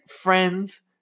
Friends